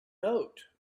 note